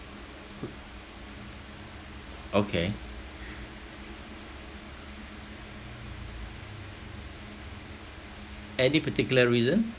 okay any particular reason